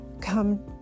come